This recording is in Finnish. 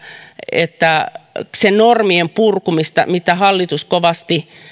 että se normien purku mitä hallitus kovasti